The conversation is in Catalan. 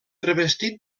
revestit